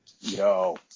Yo